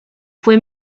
fue